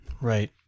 Right